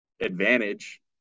advantage